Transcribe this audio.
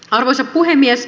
arvoisa puhemies